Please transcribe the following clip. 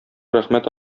рәхмәт